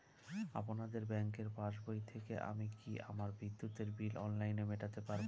আপনাদের ব্যঙ্কের পাসবই থেকে আমি কি আমার বিদ্যুতের বিল অনলাইনে মেটাতে পারবো?